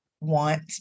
want